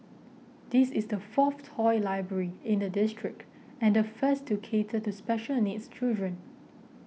this is the fourth toy library in the district and the first to cater to special needs children